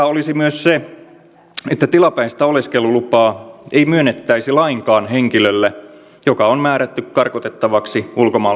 olisi myös se että tilapäistä oleskelulupaa ei myönnettäisi lainkaan henkilölle joka on määrätty karkotettavaksi ulkomaalaislain sadannenneljännenkymmenennenyhdeksännen